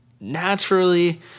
Naturally